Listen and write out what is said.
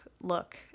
look